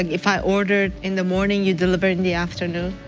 and if i ordered in the morning, you deliver in the afternoon?